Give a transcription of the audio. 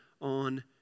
on